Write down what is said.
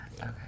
okay